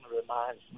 reminds